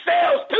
sales